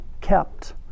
kept